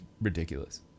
ridiculous